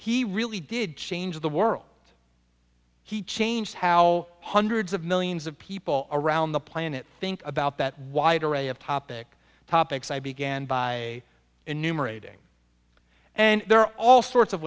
he really did change the world he changed how hundreds of millions of people around the planet think about that wide array of topic topics i began by enumerating and there are all sorts of